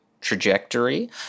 trajectory